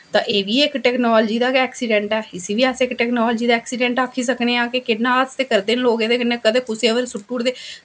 तां एह् बी इक टैकनॉलजी दा गै ऐक्सिडैंट ऐ इसी बी अस इक टैकनॉलजी दा ऐक्सिडैंट आक्खी सकने आ किन्ने हादसे करदे न लोग कदें कुसै पर सुट्टी ओड़दे